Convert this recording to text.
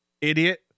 Idiot